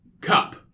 cup